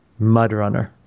Mudrunner